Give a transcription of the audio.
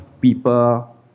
people